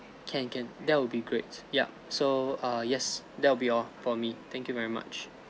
can can that will be great yup so err yes that will be all for me thank you very much